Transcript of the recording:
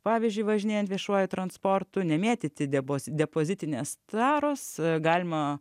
pavyzdžiui važinėjant viešuoju transportu nemėtyti debos depozitinės taros galima